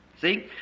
See